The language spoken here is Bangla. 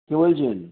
কে বলছেন